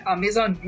Amazon